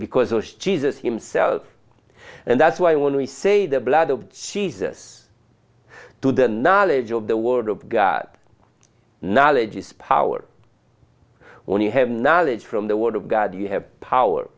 because as jesus himself and that's why when we say the blood of jesus to the knowledge of the word of god knowledge is power when you have knowledge from the word of god you have power